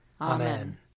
Amen